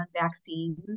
vaccines